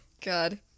God